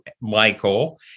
michael